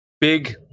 Big